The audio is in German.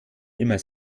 immer